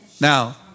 Now